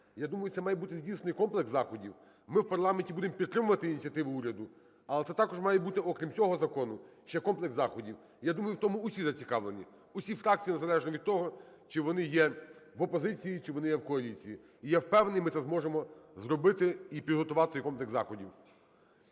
Я думаю, це має бути здійснений комплекс заходів. Ми в парламенті будемо підтримувати ініціативу уряду, але це також має бути, окрім цього закону, ще комплекс заходів. Я думаю в тому усі зацікавлені, усі фракції, незалежно від того чи вони є в опозиції, чи вони є в коаліції. І я впевнений, ми це зможемо зробити і підготувати цей комплекс заходів.